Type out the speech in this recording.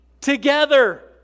together